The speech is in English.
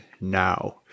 now